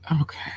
okay